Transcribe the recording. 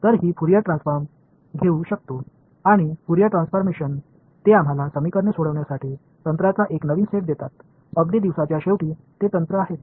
तर मी Fourier transformers घेऊ शकतो आणि फुरियर ट्रान्सफॉर्मेशन ते आम्हाला समीकरणे सोडविण्यासाठी तंत्रांचा एक नवीन सेट देतात अगदी दिवसाच्या शेवटी ते तंत्र आहेत